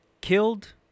killed